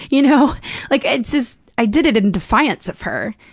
you know like, it's it's i did it it in defiance of her.